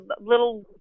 little